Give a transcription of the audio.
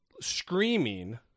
screaming